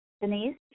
Denise